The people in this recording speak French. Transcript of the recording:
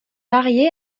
marié